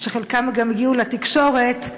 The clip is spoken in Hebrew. שחלקם גם הגיעו לתקשורת,